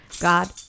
God